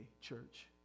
church